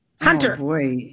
Hunter